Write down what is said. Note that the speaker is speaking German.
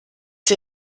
dir